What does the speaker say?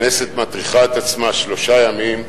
הכנסת מטריחה את עצמה שלושה ימים,